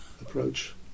approach